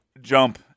jump